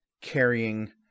carrying